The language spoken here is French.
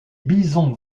bisons